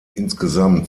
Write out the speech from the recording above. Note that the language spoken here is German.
insgesamt